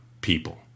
people